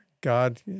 God